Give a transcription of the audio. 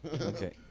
Okay